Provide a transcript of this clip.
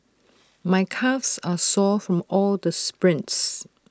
my calves are sore from all the sprints